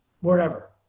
wherever